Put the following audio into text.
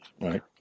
right